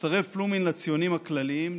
הצטרף פלומין לציונים הכלליים,